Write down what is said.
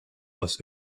aus